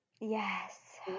Yes